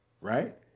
right